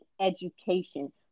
education